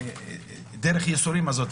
לכל דרך הייסורים הזאת.